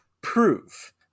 prove